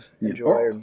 enjoy